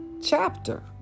chapter